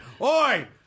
Oi